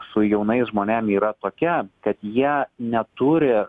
su jaunais žmonėm yra tokia kad jie neturi